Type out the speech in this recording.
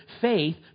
faith